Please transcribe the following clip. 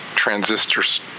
Transistors